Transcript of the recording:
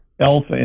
alpha